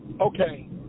okay